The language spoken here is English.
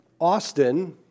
Austin